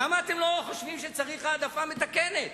למה אתם לא חושבים שצריך העדפה מתקנת?